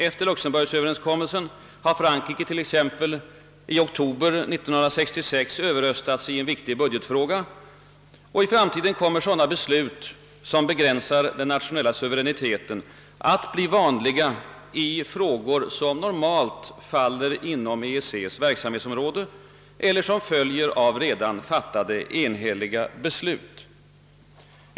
Efter Luxemburguppgörelsen har Frankrike t.ex. i oktober 1966 överröstats i en viktig budgetfråga. Och i framtiden kommer sådana beslut som begränsar den nationella suveräniteten att bli van liga i frågor som normalt faller inom EEC:s verksamhetsområde eller som följer av redan fattade enhälliga beslut.